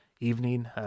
evening